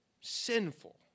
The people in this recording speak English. sinful